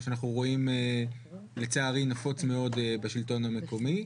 מה שאנחנו רואים לצערי נפוץ מאוד בשלטון המקומי.